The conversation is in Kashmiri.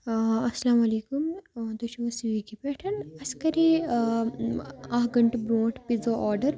اَسَلامُ علیکُم تُہۍ چھُو حظ سِویگی پٮ۪ٹھ اَسہِ کَرے اَکھ گنٹہٕ برونٛٹھ پِزا آڈَر